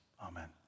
Amen